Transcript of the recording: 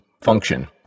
Function